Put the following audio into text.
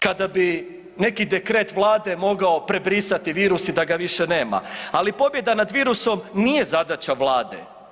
Kada bi neki dekret vlade mogao prebrisati virus i da ga više nema, ali pobjeda nad virusom nije zadaća vlade.